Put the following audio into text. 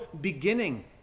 beginning